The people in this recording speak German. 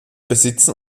besitzen